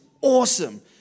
awesome